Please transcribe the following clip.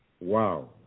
Wow